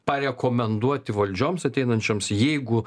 parekomenduoti valdžioms ateinančioms jeigu